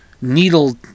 needle